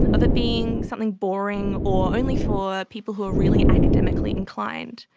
of it being something boring or only for people who are really academically inclined.